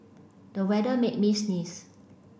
the weather made me sneeze